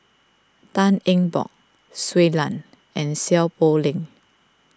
Tan Eng Bock Shui Lan and Seow Poh Leng